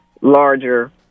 larger